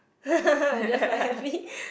I just like happy